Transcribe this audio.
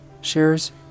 shares